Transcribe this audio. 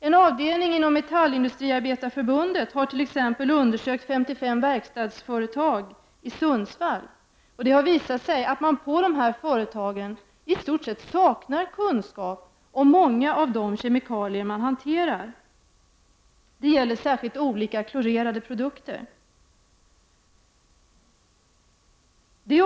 En avdelning inom Metallindustriarbetareförbundet har t.ex. undersökt 55 verkstadsföretag i Sundsvall, och det har visat sig att man på dessa företag i stort sett saknar kunskap om många av de kemikalier man hanterar. Det gäller särskilt olika klorerade produkter.